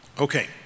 Okay